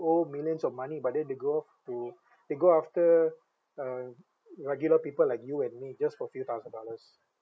owe millions of money but then they go to they go after uh regular people like you and me just for few thousand dollars